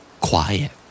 Quiet